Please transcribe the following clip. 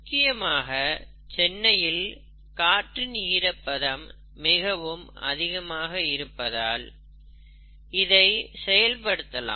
முக்கியமாக சென்னையில் காற்றின் ஈரப்பதம் மிகவும் அதிகமாக இருப்பதால் இதை செயல் படுத்தலாம்